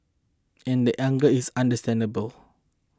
and that anger is understandable